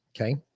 Okay